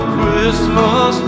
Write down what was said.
Christmas